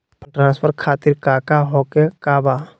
Fund transfer खातिर काका होखे का बा?